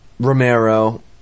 Romero